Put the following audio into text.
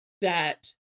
that-